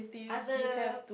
other